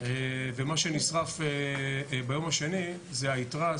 ומה שנשרף ביום השני זה היתרה,